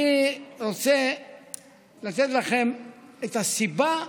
אני רוצה לתת לכם את הסיבה,